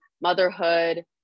motherhood